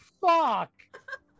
fuck